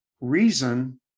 reason